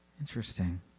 Interesting